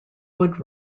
wood